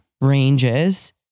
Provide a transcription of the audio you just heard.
Ranges